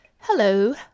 Hello